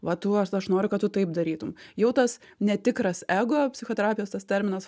va tu aš noriu kad tu taip darytum jau tas netikras ego psichoterapijos tas terminas